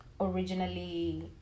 originally